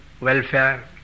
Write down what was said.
welfare